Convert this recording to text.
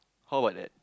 how about that